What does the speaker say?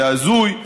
זה הזוי,